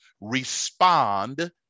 respond